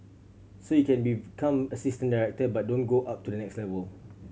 so you can become assistant director but don't go up to the next level